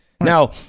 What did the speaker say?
Now